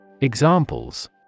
Examples